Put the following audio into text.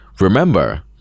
Remember